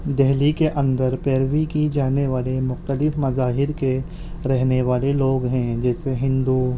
دہلی کے اندر پیروی کی جانے والے مختلف مذاہب کے رہنے والے لوگ ہیں جیسے ہندو